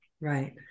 Right